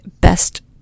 best